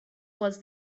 was